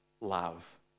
love